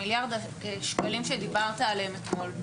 מיליארד השקלים שדיברת עליהם אתמול,